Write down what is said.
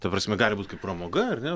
ta prasme gali būt kaip pramoga ar ne